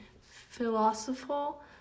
philosophical